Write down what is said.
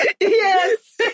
Yes